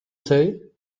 say